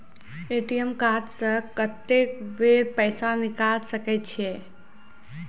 ATM card से कत्तेक बेर पैसा निकाल सके छी?